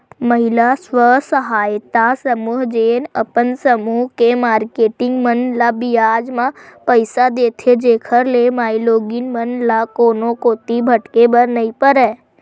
महिला स्व सहायता समूह जेन अपन समूह के मारकेटिंग मन ल बियाज म पइसा देथे, जेखर ले माईलोगिन मन ल कोनो कोती भटके बर नइ परय